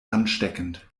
ansteckend